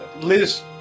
Liz